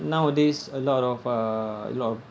nowadays a lot of uh a lot of